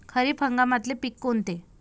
खरीप हंगामातले पिकं कोनते?